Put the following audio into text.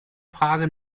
frage